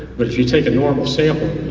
but if you take a normal sample,